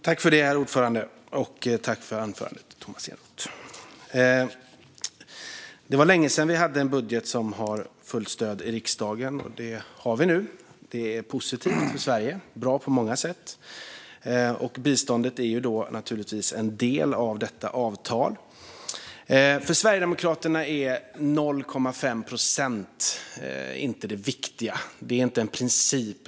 Herr talman! Tack för anförandet, Tomas Eneroth! Det var länge sedan vi hade en budget som fått fullt stöd i riksdagen. Det har vi nu, och det är positivt för Sverige och bra på många sätt. Biståndet är naturligtvis en del av detta avtal. För Sverigedemokraterna är 0,5 procent inte det viktiga. Det är inte en princip.